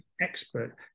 expert